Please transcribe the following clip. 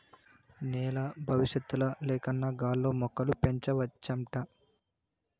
నేల బవిసత్తుల లేకన్నా గాల్లో మొక్కలు పెంచవచ్చంట